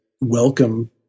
welcome